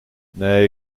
nee